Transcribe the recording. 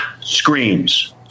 screams